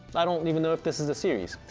i don't even know if this is a series,